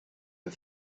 her